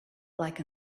like